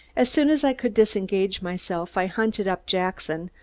as soon as i could disengage myself i hunted up jackson,